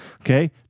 Okay